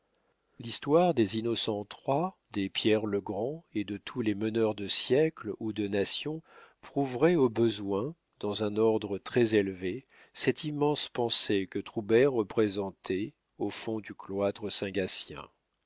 l'histoire des innocents iii des pierre-le-grand et de tous les meneurs de siècle ou de nation prouverait au besoin dans un ordre très élevé cette immense pensée que troubert représentait au fond du cloître saint gatien